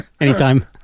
Anytime